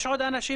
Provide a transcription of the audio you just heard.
ראשית,